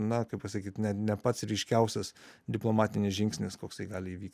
na kaip pasakyt ne ne pats ryškiausias diplomatinis žingsnis koksai gali įvykti